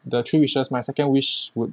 the three wishes my second wish would